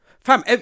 Fam